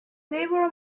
liberal